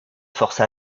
force